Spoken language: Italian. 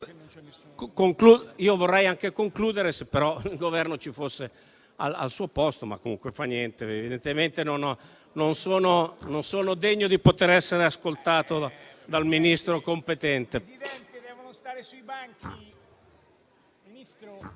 Io vorrei anche concludere, se però il Governo fosse al suo posto, ma comunque non fa niente, evidentemente non sono degno di essere ascoltato dal Ministro competente.